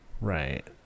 Right